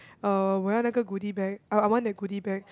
uh 我要那个 goodie bag I I want that goodie bag